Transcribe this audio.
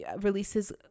releases